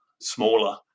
smaller